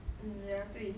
ya 对